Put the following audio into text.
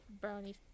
brownies